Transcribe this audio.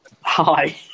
Hi